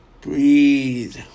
Breathe